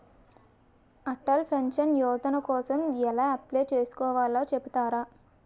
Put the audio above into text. Atal pension Yojana కోసం ఎలా apply చేసుకోవాలో చెపుతారా?